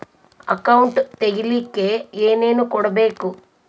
Account ತೆಗಿಲಿಕ್ಕೆ ಏನೇನು ಕೊಡಬೇಕು?